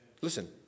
Listen